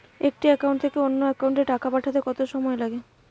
একটি একাউন্ট থেকে অন্য একাউন্টে টাকা পাঠাতে কত সময় লাগে?